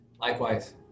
Likewise